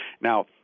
Now